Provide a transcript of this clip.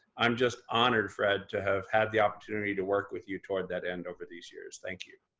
i'm just honored, fred, to have had the opportunity to work with you toward that end over these years, thank you.